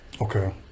okay